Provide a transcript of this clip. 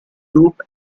group